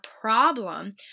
problem